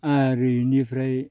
आरो इनिफ्राय